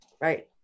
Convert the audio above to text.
Right